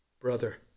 brother